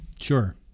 Sure